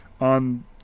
on